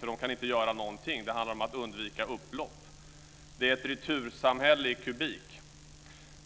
Dessa kan inte göra något annat än att undvika upplopp. Vi har ett retursamhälle i kubik.